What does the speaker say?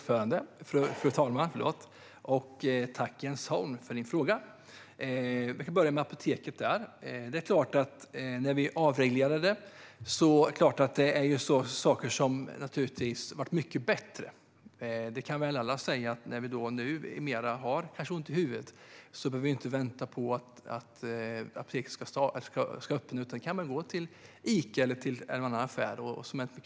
Fru talman! Tack, Jens Holm, för din fråga! Jag börjar med apoteket. Det är klart att när vi avreglerande fanns det sådant som blev mycket bättre. När man numera har ont i huvudet behöver man inte vänta på att apoteket ska öppna, utan man kan gå till Ica och köpa huvudvärksmedicin.